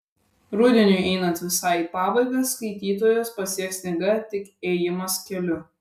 rudeniui einant visai į pabaigą skaitytojus pasieks knygą tik ėjimas keliu